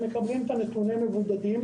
שמקבלים את נתוני המבודדים,